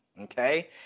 okay